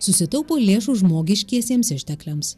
susitaupo lėšų žmogiškiesiems ištekliams